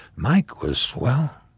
mike was, well,